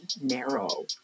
narrow